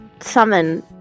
summon